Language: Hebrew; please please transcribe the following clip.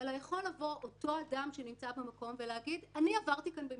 אלא יכול לבוא אותו אדם שנמצא במקום ולהגיד: אני עברתי כאן במקרה.